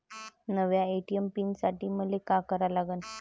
नव्या ATM pin साठी मले का करा लागन?